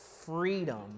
Freedom